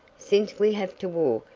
since we have to walk,